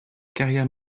carrière